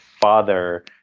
father